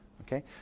Okay